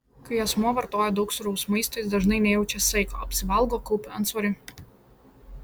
kai asmuo vartoja daug sūraus maisto jis dažnai nejaučia saiko apsivalgo kaupia antsvorį